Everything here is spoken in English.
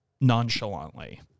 nonchalantly